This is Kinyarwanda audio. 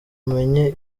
umenye